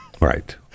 Right